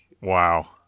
wow